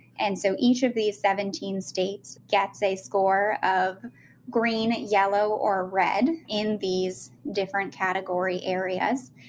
and so each of these seventeen states gets a score of green, yellow, or red in these different category areas,